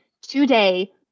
today